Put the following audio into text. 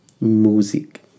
music